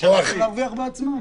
ולהרוויח בעצמם.